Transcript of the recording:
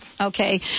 Okay